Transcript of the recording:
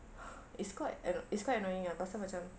it's quite annoy~ it's quite annoying ah pasal macam